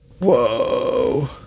Whoa